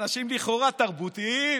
אנשים לכאורה תרבותיים,